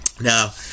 now